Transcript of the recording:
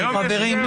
עוד ג'ובים.